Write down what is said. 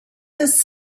his